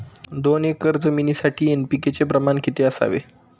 दोन एकर जमिनीसाठी एन.पी.के चे प्रमाण किती असावे?